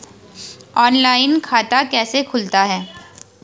Online खाता कैसे खुलता है?